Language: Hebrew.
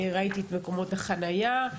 ראיתי את מקומות החניה,